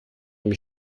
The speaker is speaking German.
mich